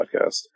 podcast